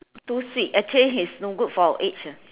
too sweet actually is no good for our age eh